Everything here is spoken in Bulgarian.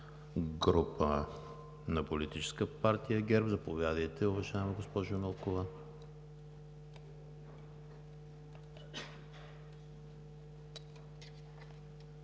група на Политическа партия ГЕРБ. Заповядайте, уважаема госпожо Милкова.